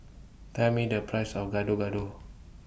Tell Me The Price of Gado Gado